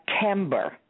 September